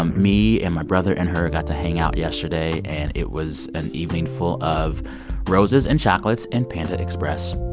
um me and my brother and her got to hang out yesterday. and it was an evening full of roses and chocolates and panda express.